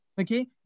Okay